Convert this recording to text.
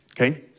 Okay